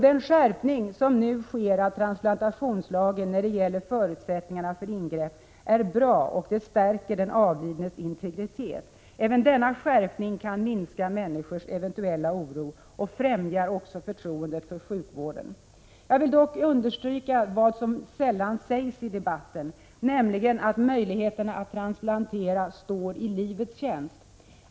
Den skärpning av transplantationslagen som nu sker när det gäller förutsättningarna för ingrepp är bra och stärker den avlidnes integritet. Även denna skärpning kan minska människors eventuella oro, och den främjar förtroendet för sjukvården. Jag vill emellertid understryka något som sällan sägs i debatten, nämligen att möjligheterna att transplantera står i livets tjänst.